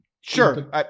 Sure